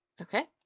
okay